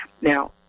now